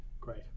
Great